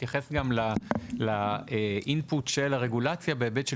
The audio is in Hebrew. תתייחס גם ל-Input של הרגולציה בהיבט של